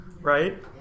right